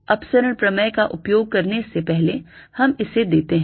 अपसरण प्रमेय का उपयोग करने से पहले हम इसे देते हैं